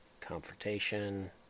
confrontation